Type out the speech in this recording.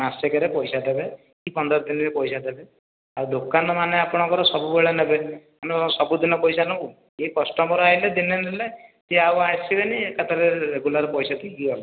ମାସକର ପଇସା ଦେବେ କି ପନ୍ଦର ଦିନରେ ପଇସା ଦେବେ ଆଉ ଦୋକାନ ମାନେ ଆପଣଙ୍କର ସବୁବେଳେ ନେବେ ଆମେ କଣ ସବୁଦିନ ପଇସା ନେବୁ ଏଇ କଷ୍ଟମର ଆସିଲେ ଦିନେ ଦିନେ ସେ ଆଉ ଆସିବେନି ଏକାଥରେ ରେଗୁଲାର ପଇସାଟି ଦିଅନ୍ତା